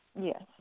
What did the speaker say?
yes